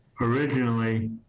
originally